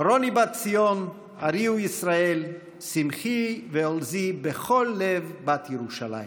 "רני בת ציון הריעו ישראל שמחי ועלזי בכל לב בת ירושלם".